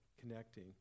connecting